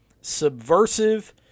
subversive